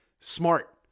Smart